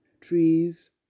trees